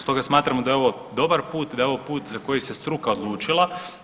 Stoga smatramo da je ovo dobar put, da je ovo put za koji se struka odlučila.